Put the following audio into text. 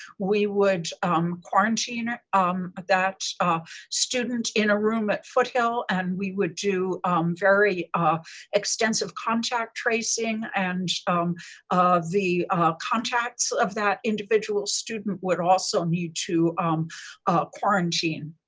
we would um quarantine um that um student in a room at foothill and we would do very ah extensive contact tracing. and the contacts of that individual student would also need to quarantine.